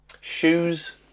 Shoes